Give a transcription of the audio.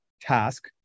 task